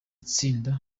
tsinda